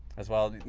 as well, you